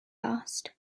asked